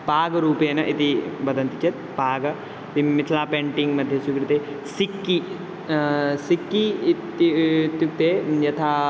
पागरूपेण इति वदन्ति चेत् पाग मिथिलायाः पेण्टिङ्ग्मध्ये स्वीकृत्य सिक्कि सिक्कि इत् इत्युक्ते यथा